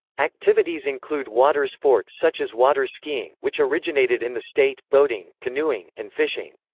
activities include water sports such as water skiing, which originated in the state, boating, canoeing, and fishing.